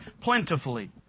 plentifully